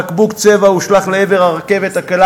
בקבוק צבע הושלך לעבר הרכבת הקלה,